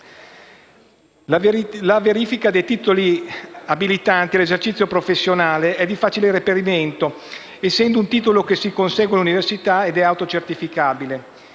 La verifica dei titoli abilitanti all'esercizio professionale è di facile reperimento, essendo un titolo che si consegue all'università ed autocertificabile.